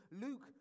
Luke